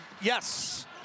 yes